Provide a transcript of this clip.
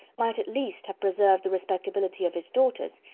might at least have preserved the respectability of his daughters,